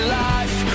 life